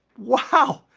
wow,